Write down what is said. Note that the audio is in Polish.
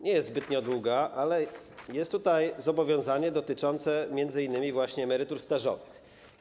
Nie jest ona zbyt długa, ale jest tutaj zobowiązanie dotyczące m.in. właśnie emerytur stażowych.